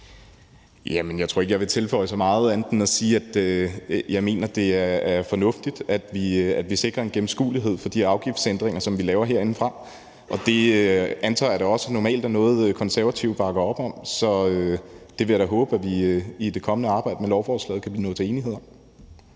jeg tror ikke, at jeg vil tilføje så meget andet end at sige, at jeg mener, det er fornuftigt, at vi sikrer en gennemskuelighed i forhold til de afgiftsændringer, vi laver herindefra. Det antager jeg da også normalt er noget, som Konservative bakker op om, så det vil jeg da håbe vi i det kommende arbejde med lovforslaget kan nå til enighed